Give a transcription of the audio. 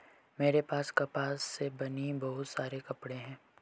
मेरे पास कपास से बने बहुत सारे कपड़े हैं